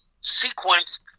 sequence